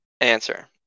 answer